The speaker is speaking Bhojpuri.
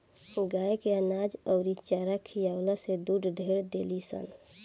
गाय के अनाज अउरी चारा खियावे से दूध ढेर देलीसन